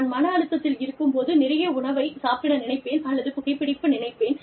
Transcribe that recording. நான் மன அழுத்தத்தில் இருக்கும் போது நிறைய உணவைச் சாப்பிட நினைப்பேன் அல்லது புகைப்பிடிக்க நினைப்பேன்